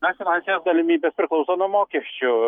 na finansinės galimybės priklauso nuo mokesčių